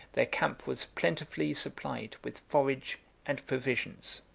the camp was plentifully supplied with forage and provisions.